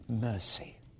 mercy